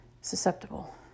susceptible